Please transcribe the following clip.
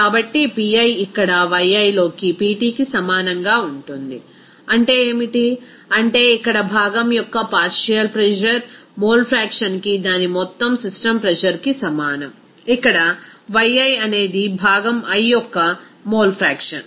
కాబట్టి Pi ఇక్కడ Yi లోకి Ptకి సమానంగా ఉంటుంది అంటే ఏమిటి అంటే ఇక్కడ భాగం యొక్క పార్షియల్ ప్రెజర్ మోల్ ఫ్రాక్షన్ కి దాని మొత్తం సిస్టమ్ ప్రెజర్ కి సమానం ఇక్కడ Yi అనేది భాగం i యొక్క మోల్ ఫ్రాక్షన్